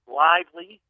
lively